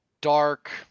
dark